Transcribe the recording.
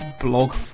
blog